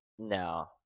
No